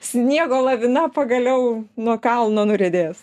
sniego lavina pagaliau nuo kalno nuriedės